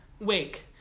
Wake